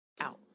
out